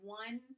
one